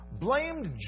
blamed